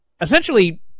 Essentially